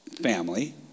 family